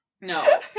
no